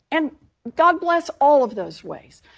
and god bless all of those ways.